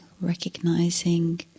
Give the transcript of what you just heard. recognizing